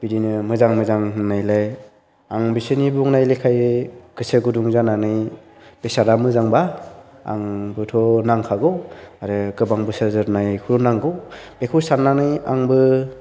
बिदिनो मोजां मोजां होननायलाय आं बिसोरनि बुंनाय लेखायै गोसो गुदुं जानानै बेसादा मोजांबा आंनोबोथ' नांखागौ आरो गोबां बोसोर जोरनायखौल' नांगौ बेखौ साननानै आंबो